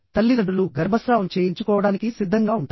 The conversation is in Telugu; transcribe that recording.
తల్లిదండ్రులు గర్భస్రావం చేయించుకోవడానికి సిద్ధంగా ఉంటారు